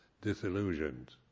disillusioned